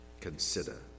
consider